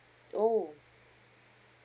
oh